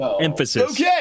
Emphasis